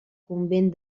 convent